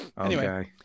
Okay